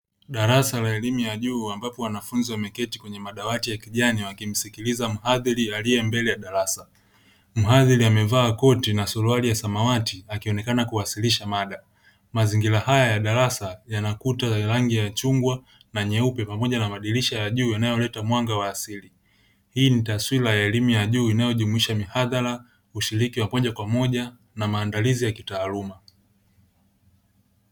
Darasa la elimu ya juu ambapo wanafunzi wameketi kwenye madawati ya kijani wakimsikiliza mhadhiri aliyembele ya darasa. Mhadhiri amevaa koti na suruali ya samawati akionekana kuwasilisha mada. Mazingira haya ya darasa yana kuta ya rangi ya chungwa na nyeupe pamoja na madirisha ya juu yanayoleta mwanga wa asili. Hii ni taswira ya elimu ya juu inayojumuisha mihadhara, ushiriki wa moja kwa moja na maandalizi ya kitaaluma.